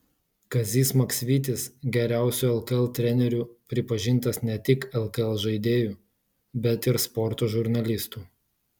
kazys maksvytis geriausiu lkl treneriu pripažintas ne tik lkl žaidėjų bet ir sporto žurnalistų